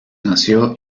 nació